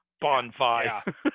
Bonfire